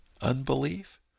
unbelief